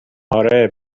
اره